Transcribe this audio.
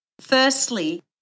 firstly